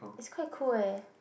it's quite cool eh